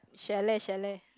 chalet chalet